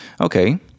Okay